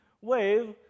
wave